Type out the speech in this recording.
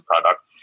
products